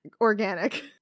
organic